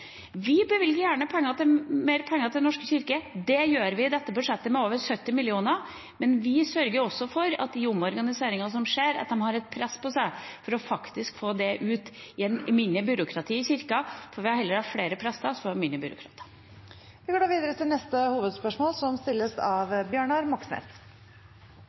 Vi bevilger gjerne mer penger til Den norske kirke. Det gjør vi i dette budsjettet, med over 70 mill. kr. Men vi sørger også for at i den omorganiseringen som skjer, har de et press på seg til faktisk å få ut effektiviseringen gjennom mindre byråkrati i Kirken. For vi vil heller ha flere prester – og mindre byråkrati. Vi går da videre til neste hovedspørsmål. Mangfoldet i barnehagesektoren trues av